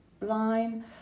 line